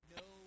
no